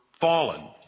fallen